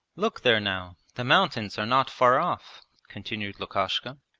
look there now, the mountains are not far off continued lukashka,